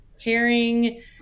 caring